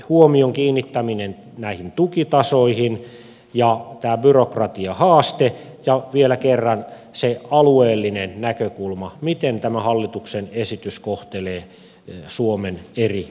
huomion kiinnittäminen näihin tukitasoihin ja tämä byrokratiahaaste ja vielä kerran se alueellinen näkökulma miten tämä hallituksen esitys kohtelee suomen eri osia